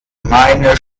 meine